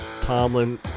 Tomlin